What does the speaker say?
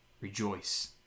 rejoice